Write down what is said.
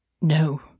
No